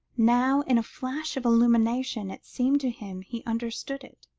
now, in a flash of illumination, it seemed to him he understood it.